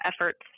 efforts